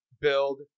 build